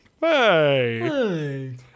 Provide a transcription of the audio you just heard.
Hey